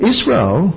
Israel